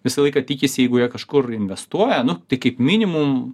visą laiką tikisi jeigu jie kažkur investuoja nu tai kaip minimum